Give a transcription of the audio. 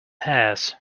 hairs